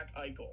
Eichel